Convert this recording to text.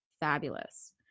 fabulous